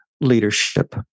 leadership